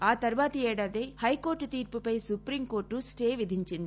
ఆ తర్వాతి ఏడాదే హైకోర్టు తీర్పుపై సుప్రీంకోర్టు స్ట విధించింది